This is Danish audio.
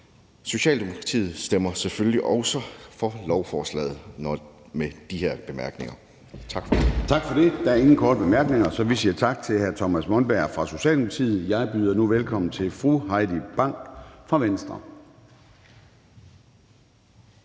Socialdemokratiet selvfølgelig stemmer for lovforslaget. Tak for ordet. Kl. 11:20 Formanden (Søren Gade): Tak for det. Der er ingen korte bemærkninger, så vi siger tak til hr. Thomas Monberg fra Socialdemokratiet. Jeg byder nu velkommen til fru Heidi Bank fra Venstre.